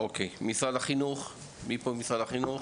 אוקיי, משרד החינוך, מי פה ממשרד החינוך?